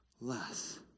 less